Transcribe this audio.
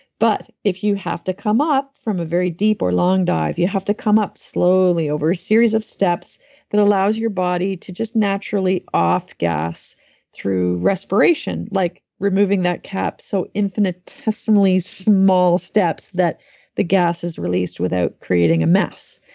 but if you have to come up from a very deep or long dive, you have to come up slowly over a series of steps that allows your body to just naturally off gas through respiration, like removing that cap in so infinitesimally small steps that the gas is released without creating a mess.